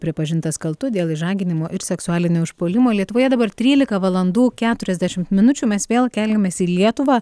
pripažintas kaltu dėl išžaginimo ir seksualinio užpuolimo lietuvoje dabar trylika valandų keturiasdešimt minučių mes vėl keliamės į lietuvą